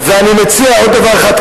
ואני מציע עוד דבר אחד,